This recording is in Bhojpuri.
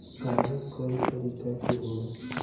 कागज कई तरीका के होला